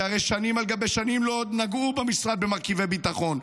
כי הרי שנים על גבי שנים לא נגעו במשרד במרכיבי ביטחון,